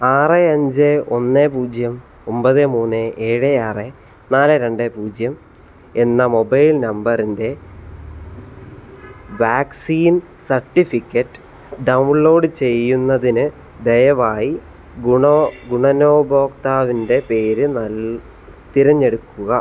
ആറ് അഞ്ച് ഒന്ന് പൂജ്യം ഒമ്പത് മൂന്ന് ഏഴ് ആറ് നാല് രണ്ട് പൂജ്യം എന്ന മൊബൈൽ നമ്പറിൻ്റെ വാക്സിൻ സർട്ടിഫിക്കറ്റ് ഡൗൺലോഡ് ചെയ്യുന്നതിന് ദയവായി ഗുണോ ഗുണഭോക്താവിൻ്റെ പേര് നൽ തിരഞ്ഞെടുക്കുക